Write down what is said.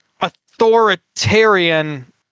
authoritarian